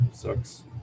Sucks